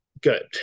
good